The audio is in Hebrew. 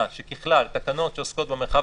התקנות ברגע שהיא מגיעה למסקנה שאין בהן צורך.